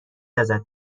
ازت